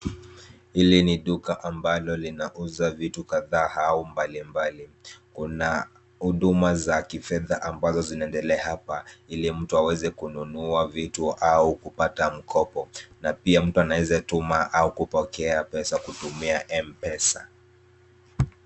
Hili duka ambalo linauza vitu kadhaa au mbalimbali, kuna huduma za kifedha ambazo zinaendelea hapa, ili mtu aweze kununua vitu au kupata mkopo, na pia mtu anaweza tuma au kupokea pesa kutumia MPESA.